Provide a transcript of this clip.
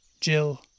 Jill